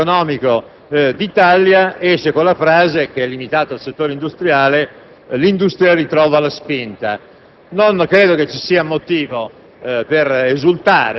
Oggi il maggior giornale economico d'Italia titola con la frase, limitata al settore industriale: «L'industria ritrova lo *sprint*». Noncredo che vi sia motivo